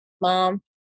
mom